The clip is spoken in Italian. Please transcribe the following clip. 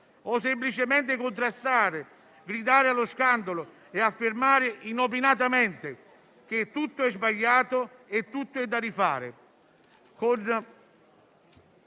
o semplicemente contrastare, gridare allo scandalo e affermare inopinatamente che tutto è sbagliato e tutto è da rifare,